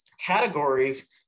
categories